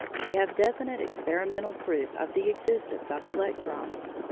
we have definite experimental proof of the existence of electrons,